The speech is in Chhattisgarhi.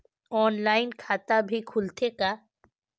ऑनलाइन खाता भी खुलथे का?